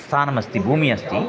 स्थानमस्ति भूमिः अस्ति